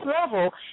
level